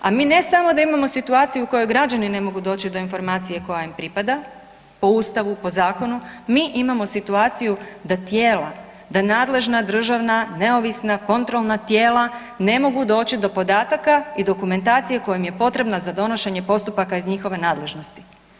A mi ne samo da imamo situaciju u kojoj građani ne mogu doći do informacije koja im pripada, po Ustavu, po zakonu, mi imamo situaciju da tijela, da nadležna državna neovisna kontrolna tijela ne mogu doći do podataka i dokumentacije koja im je potrebna za donošenje postupaka iz njihove nadležnosti.